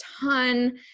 ton